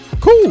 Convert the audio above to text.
cool